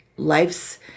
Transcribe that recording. life's